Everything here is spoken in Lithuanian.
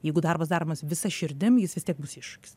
jeigu darbas daromas visa širdim jis vis tiek bus iššūkis